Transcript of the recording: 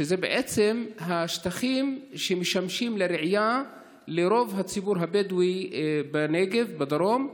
שזה בעצם השטחים שמשמשים לרעייה לרוב הציבור הבדואי בנגב בדרום,